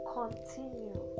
continue